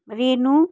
Renu